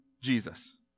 Jesus